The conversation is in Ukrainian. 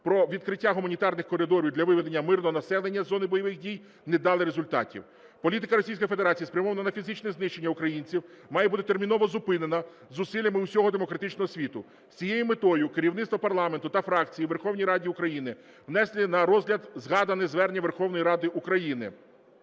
про відкриття гуманітарних коридорів для виведення мирного населення з зони бойових дій не дали результатів. Політика Російської Федерації, спрямована на фізичне знищення українців, має бути терміново зупинена зусиллями усього демократичного світу. З цією метою керівництво парламенту та фракцій в Верховній Раді України внесли на розгляд згадане звернення Верховної Ради України,